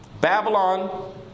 Babylon